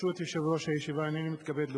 ברשות יושב-ראש הישיבה, הנני מתכבד להודיעכם,